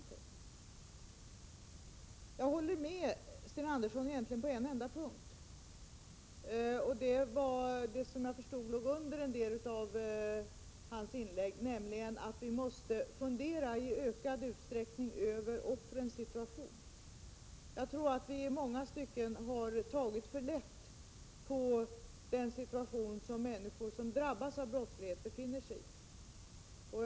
Jag håller med Sten Andersson egentligen på en enda punkt, och då gäller det något som jag förstod låg under en del av hans inlägg, nämligen att vi i ökad utsträckning måste fundera över offrens situation. Jag tror att vi i många stycken har tagit för lätt på den situation som människor som drabbas av brottslighet befinner sig i.